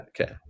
Okay